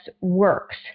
works